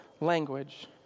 language